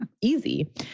easy